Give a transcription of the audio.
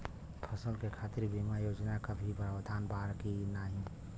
फसल के खातीर बिमा योजना क भी प्रवाधान बा की नाही?